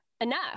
enough